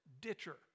Ditcher